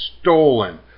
stolen